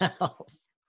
else